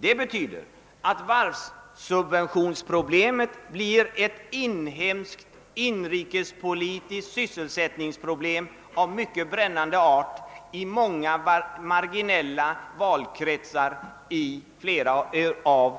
Detta betyder att problemet med varvssubventionerna blir ett inhemskt, inrikespolitiskt sysselsättningsproblem av mycket brännande art i många marginella valkretsar i ett flertal